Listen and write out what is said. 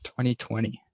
2020